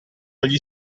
agli